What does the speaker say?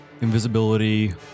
Invisibility